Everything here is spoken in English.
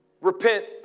repent